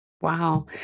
Wow